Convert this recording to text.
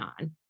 on